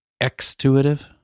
Extuitive